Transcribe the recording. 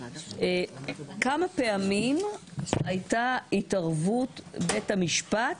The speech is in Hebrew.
כמה פעמים הייתה התערבות בית המשפט